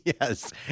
Yes